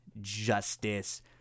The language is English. justice